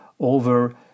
over